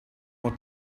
more